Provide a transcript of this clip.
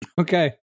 Okay